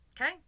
okay